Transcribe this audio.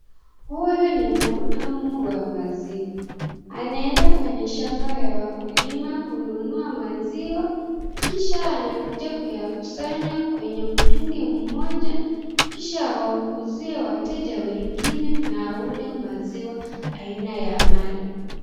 Huyu ni muhudumu wa maziwa, anaenda kwenye shamba ya wakulima kununua maziwa kisha anakuja kuyakusanya kwenye mtungi moja kisha awauzie wateja wengine na haunde maziwa haina ya mala.